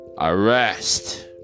arrest